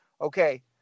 okay